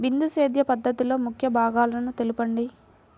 బిందు సేద్య పద్ధతిలో ముఖ్య భాగాలను తెలుపండి?